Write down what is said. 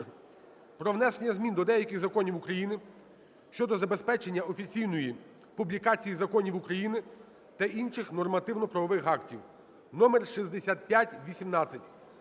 про внесення змін до деяких законів України щодо забезпечення офіційної публікації законів України та інших нормативно-правових актів (№ 6518).